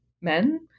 men